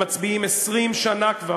הם מצביעים 20 שנה כבר,